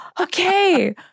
okay